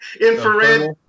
infrared